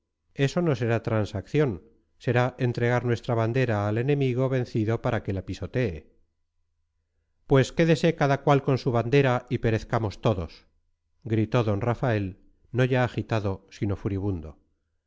eso no será transacción será entregar nuestra bandera al enemigo vencido para que la pisotee pues quédese cada cual con su bandera y perezcamos todos gritó d rafael no ya agitado sino furibundo